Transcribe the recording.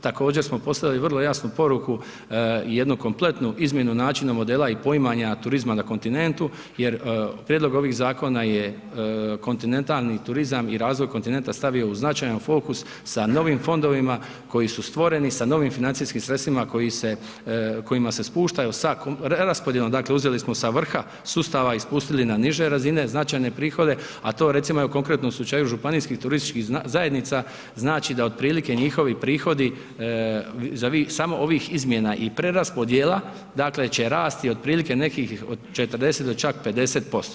Također smo poslali vrlo jasnu poruku i jednu kompletnu izmjenu načina model i poimanja turizma na kontinentu jer prijedlog ovih zakona je kontinentalni turizam i razvoj kontinenta stavio u značajan fokus sa novim fondovima koji su stvoreni, sa novim financijskim sredstvima koji se, kojima se spušta, sa raspodjelom dakle uzeli smo sa vrha sustava i spustili na niže razine značajne prihode, a to recimo evo konkretno u slučaju županijskih turističkih zajednica znači da otprilike njihovi prihodi za vi samo ovih izmjena i preraspodjela dakle će rasti otprilike nekih 40 do čak 50%